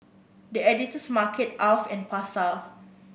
The Editor's Market Alf and Pasar